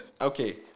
Okay